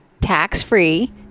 tax-free